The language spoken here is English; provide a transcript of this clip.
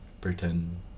pretend